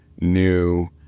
new